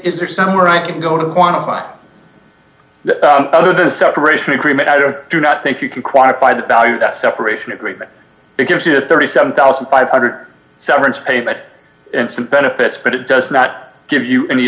is there somewhere i can go to quantify other than a separation agreement i don't do not think you can quantify the value of that separation agreement it gives you a thirty seven thousand five hundred severance pay back and some benefits but it does not give you any